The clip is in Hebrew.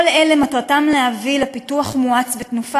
כל אלה מטרתם להביא לפיתוח מואץ ולתנופה